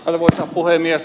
arvoisa puhemies